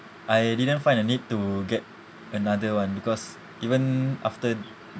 I didn't find a need to get another one because even after